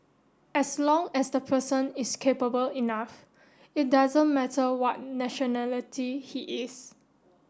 as long as the person is capable enough it doesn't matter what nationality he is